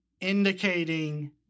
indicating